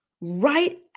right